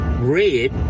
red